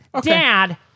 Dad